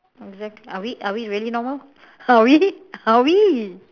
exactly are are we really normal are we are we